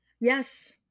yes